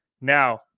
Now